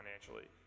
financially